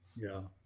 yeah.